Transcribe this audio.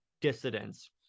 dissidents